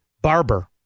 barber